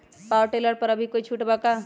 Power tiller पर अभी कोई छुट बा का?